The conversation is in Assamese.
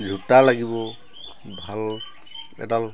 জোতা লাগিব ভাল এডাল